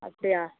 அப்படியா